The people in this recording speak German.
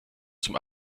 zum